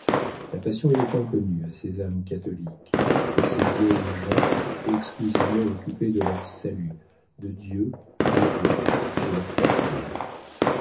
la passion était inconnue à ces âmes catholiques à ces vieilles gens exclusivement occupés de leur salut de dieu du roi de leur fortune